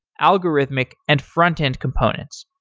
algorithmic, and front end components.